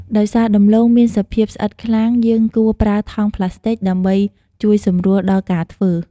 ដោយសារដំឡូងមានសភាពស្អិតខ្លាំង យើងគួរប្រើថង់ប្លាស្ទិកដើម្បីជួយសម្រួលដល់ការធ្វើ។